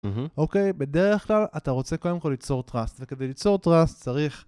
אוקיי, בדרך כלל אתה רוצה קודם כל ליצור Trust, וכדי ליצור Trust צריך